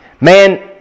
man